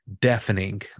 deafening